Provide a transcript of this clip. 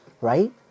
right